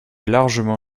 largement